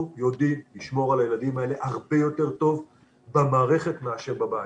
אנחנו יודעים לשמור על הילדים האלה הרבה יותר טוב במערכת מאשר בבית.